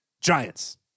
giants